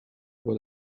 what